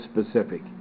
specific